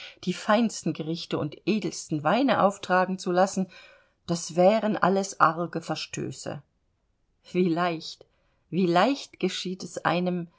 die feinsten gerichte und edelsten weine auftragen zu lassen das wären alles arge verstöße wie leicht wie leicht geschieht es einem